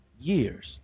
years